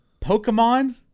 Pokemon